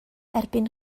erbyn